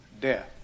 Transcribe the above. death